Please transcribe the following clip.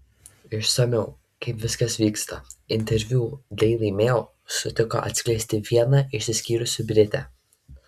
išsamiau kaip viskas vyksta interviu daily mail sutiko atskleisti viena išsiskyrusi britė